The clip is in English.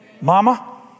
Mama